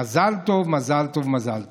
מזל טוב, מזל טוב, מזל טוב.